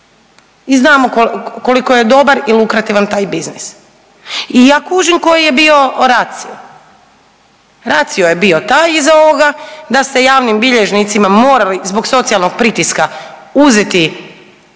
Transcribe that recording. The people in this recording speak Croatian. I znamo koliko je dobar i lukrativan taj biznis. I ja kužim koji je bio ratio. Ratio je bio taj iza ovoga da se javnim bilježnicima morali zbog socijalnog pritiska uzeti